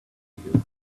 you